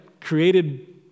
Created